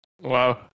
Wow